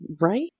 right